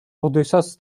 როდესაც